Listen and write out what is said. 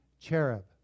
cherub